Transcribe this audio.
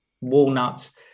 walnuts